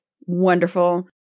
Wonderful